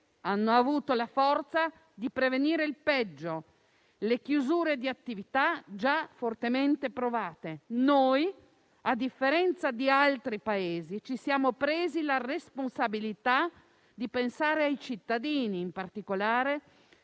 hanno avuto la forza di prevenire il peggio: le chiusure di attività, già fortemente provate. Noi, a differenza che in altri Paesi, ci siamo presi la responsabilità di pensare ai cittadini, in particolare